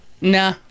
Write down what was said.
Nah